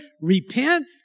repent